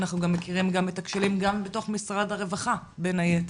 אנחנו גם מכירים גם את הכשלים בתוך משרד הרווחה,